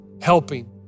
helping